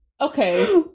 Okay